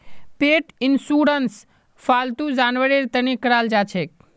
पेट insurance फालतू जानवरेर तने कराल जाछेक